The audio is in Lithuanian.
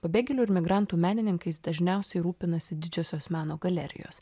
pabėgėlių ir migrantų menininkais dažniausiai rūpinasi didžiosios meno galerijos